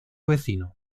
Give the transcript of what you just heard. vecino